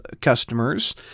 customers